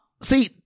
See